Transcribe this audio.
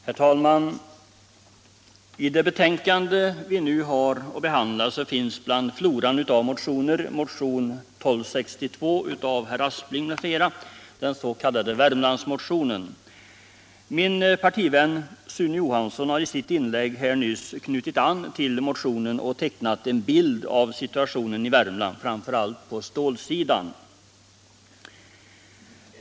Herr talman! I det betänkande som vi nu behandlar finns bland floran av motioner också motionen 1976/77:1262 av herr Aspling m.fl., den s.k. Värmlandsmotionen. Min partivän Sune Johansson har i sitt inlägg nyss knutit an till motionen och tecknat en bild av situationen i Värmland, framför allt på stålsidan.